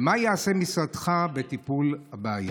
3. מה יעשה משרדך לטיפול בבעיה?